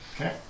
Okay